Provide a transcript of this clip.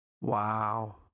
Wow